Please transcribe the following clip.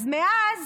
מאז